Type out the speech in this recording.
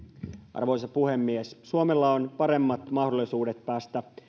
arvoisa puhemies suomella on paremmat mahdollisuudet päästä